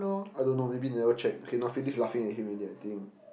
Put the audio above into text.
I don't know maybe they never check okay no Phyllis laughing at him ready I think